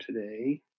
today